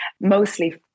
mostly